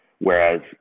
whereas